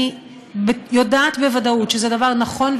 אני יודעת בוודאות שזה דבר נכון,